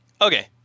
Okay